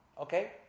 okay